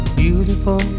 beautiful